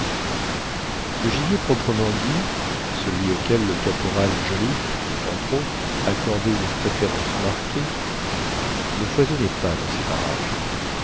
le gibier proprement dit celui auquel le caporal joliffe entre autres accordait une préférence marquée ne foisonnait pas dans ces parages